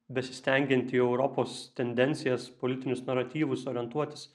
besistengianti į europos tendencijas politinius naratyvus orientuotis